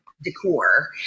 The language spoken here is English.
decor